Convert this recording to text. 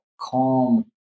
calm